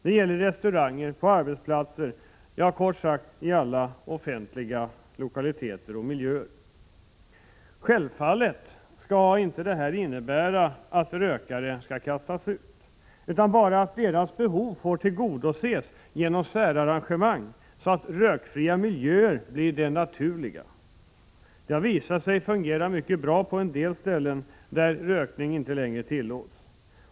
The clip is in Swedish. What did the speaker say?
Det gäller i restauranger, på arbetsplatser, kort sagt i alla offentliga lokaliteter och miljöer. Självfallet skall inte detta innebära att rökare skall kastas ut utan bara att deras behov får tillgodoses genom särarrangemang, så att rökfria miljöer blir det naturliga. Det har visat sig fungera mycket bra på en del ställen där rökninginte längre tillåts.